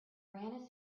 ran